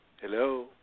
Hello